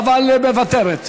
פה, אבל מוותרת.